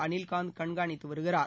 அனில்காந்த் கண்காணித்து வருகிறார்